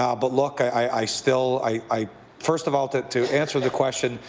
um but, look, i still i first of all, to to answer the question,